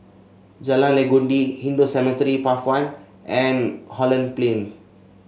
Jalan Legundi Hindu Cemetery Path one and Holland Plain